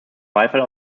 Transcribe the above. beifall